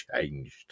changed